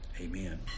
Amen